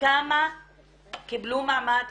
כמה קיבלו מעמד,